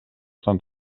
sant